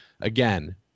Again